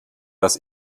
dass